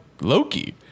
Loki